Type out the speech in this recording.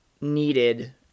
needed